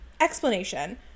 Explanation